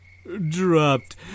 Dropped